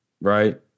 right